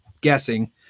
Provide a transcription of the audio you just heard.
guessing